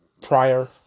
prior